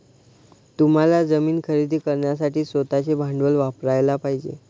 तुम्हाला जमीन खरेदी करण्यासाठी स्वतःचे भांडवल वापरयाला पाहिजे